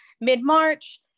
mid-March